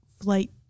flight